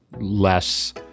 less